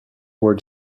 were